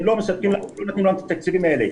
הם לא נותנים לנו את התקציבים האלה.